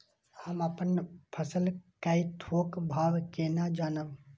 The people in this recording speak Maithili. हम अपन फसल कै थौक भाव केना जानब?